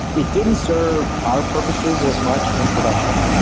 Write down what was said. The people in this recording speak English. it didn't serve our purposes as much in production.